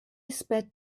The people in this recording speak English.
sped